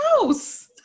House